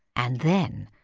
and then,